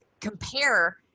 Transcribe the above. compare